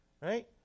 Right